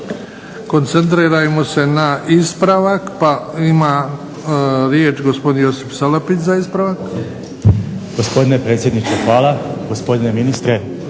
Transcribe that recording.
Koncentrirajmo se na ispravak. Pa ima riječ gospodin Josip Salapić za ispravak. **Salapić, Josip (HDZ)** Gospodine predsjedniče hvala, gospodine ministre,